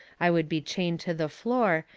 i would be chained to the floor,